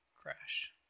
crash